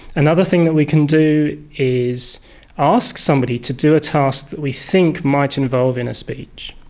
another thing that we can do is ask somebody to do a task that we think might involve inner speech.